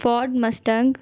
ford mustang